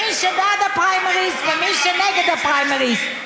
מי שבעד הפריימריז ומי שנגד הפריימריז,